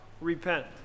Repent